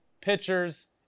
pitchers